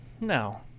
No